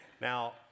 Now